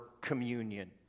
communion